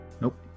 Nope